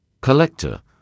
collector